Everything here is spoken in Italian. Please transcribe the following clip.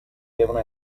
devono